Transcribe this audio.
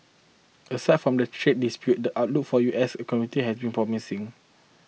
aside from the trade dispute the outlook for U S economy has been promising